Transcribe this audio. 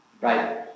Right